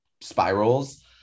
spirals